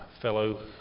fellow